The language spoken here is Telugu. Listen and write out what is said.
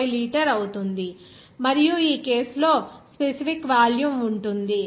05 లీటర్ అవుతుంది మరియు ఈ కేసు లో స్పెసిఫిక్ వాల్యూమ్ ఎంత ఉంటుంది